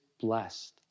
blessed